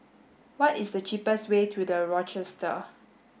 what is the cheapest way to The Rochester